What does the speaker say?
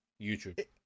youtube